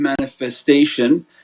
manifestation